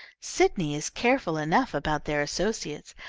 sydney is careful enough about their associates,